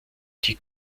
die